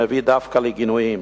מביא דווקא לגינויים,